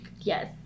yes